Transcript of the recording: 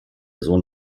sohn